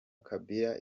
kabila